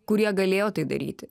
kurie galėjo tai daryti